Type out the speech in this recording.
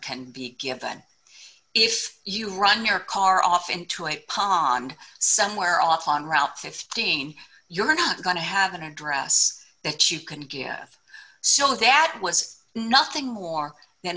can be given if you run your car off into a pond somewhere off on route fifteen you're not going to have an address that you can get so that was nothing more than